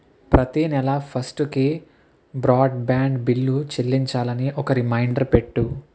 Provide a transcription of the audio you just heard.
ప్రతీ నెల ఫస్టు కి బ్రాడ్ బ్యాండ్ బిల్లు చెల్లించాలని ఒక రిమైండర్ పెట్టు